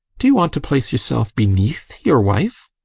do you want to place yourself beneath your wife?